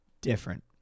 Different